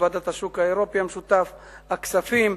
ועדת השוק האירופי המשותף, הכספים.